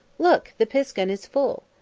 look, the piskun is full.